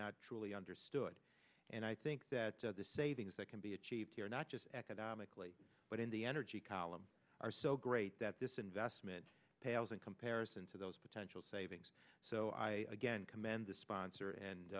truly understood and i think that the savings that can be achieved here not just economically but in the energy column are so great that this investment pales in comparison to those potential savings so i again commend the sponsor and